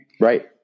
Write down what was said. Right